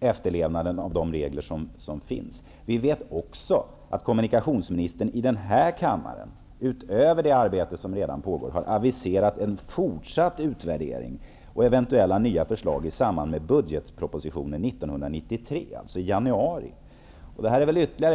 efterlevnaden av de regler som finns. Vi vet också att kommunikationsministern i den här kammaren har aviserat en fortsatt utvärdering och eventuella nya förslag i samband med budgetpropositionen 1993, dvs. i januari, utöver det arbete som redan pågår.